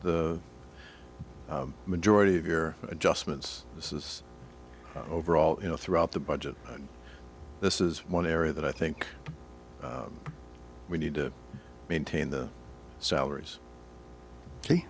the majority of your adjustments this is overall you know throughout the budget this is one area that i think we need to maintain the salaries